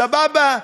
סבבה,